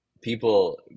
people